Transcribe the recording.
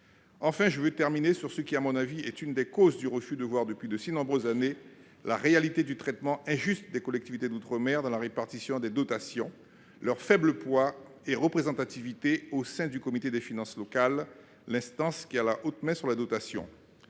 Enfin, je veux terminer sur ce qui, à mon avis, est une des causes du refus de voir depuis de si nombreuses années la réalité du traitement injuste des collectivités d'outre-mer dans la répartition des dotations : leurs faibles poids et représentativité au sein du Comité des finances locales (CFL), instance qui a la haute main sur les dotations.